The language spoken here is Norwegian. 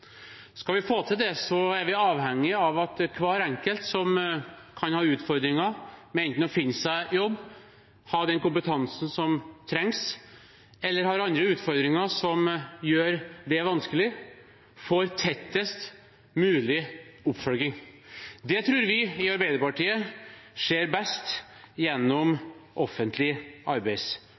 Skal vi få til det, er vi avhengig av at hver enkelt som kan ha utfordringer, enten det handler om å finne seg jobb eller å ha den kompetansen som trengs, eller det er andre utfordringer som gjør det vanskelig, får tettest mulig oppfølging. Det tror vi i Arbeiderpartiet skjer best gjennom offentlig